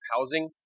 housing